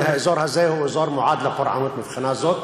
האזור הזה הוא אזור מועד לפורענות מבחינה זאת,